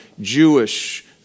Jewish